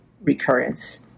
recurrence